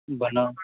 ᱵᱟᱱᱟᱣ